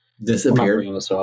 Disappeared